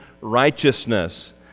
righteousness